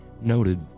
noted